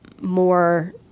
more